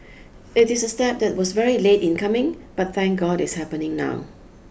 it is a step that was very late in coming but thank God it's happening now